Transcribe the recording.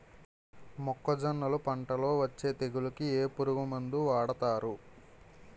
మొక్కజొన్నలు పంట లొ వచ్చే తెగులకి ఏ పురుగు మందు వాడతారు?